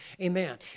Amen